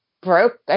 broke